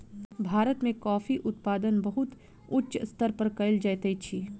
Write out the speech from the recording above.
भारत में कॉफ़ी उत्पादन बहुत उच्च स्तर पर कयल जाइत अछि